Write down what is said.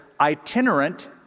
itinerant